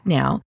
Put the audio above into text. now